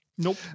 nope